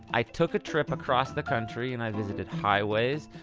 i took a trip across the country and i visited highways,